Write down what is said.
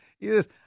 Yes